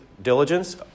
diligence